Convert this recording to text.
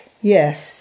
Yes